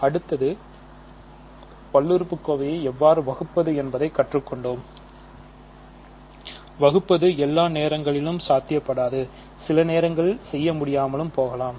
அடுத்து பல்லுறுப்புக்கோவைகளை எவ்வாறு வகுப்பது என்பதைக் கற்றுக்கொண்டோம் வகுப்பது எல்லா நேரங்களிலும் சாத்தியப்படாது சில நேரங்களில் செய்ய முடியாமலும் போகலாம்